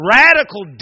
radical